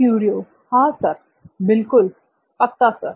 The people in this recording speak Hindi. क्युरिओ हां सर बिल्कुल पक्का सर